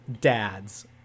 dads